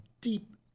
deep